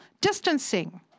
distancing